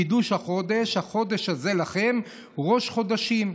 קידוש החודש: "החודש הזה לכם ראש חדשים".